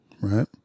right